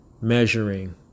measuring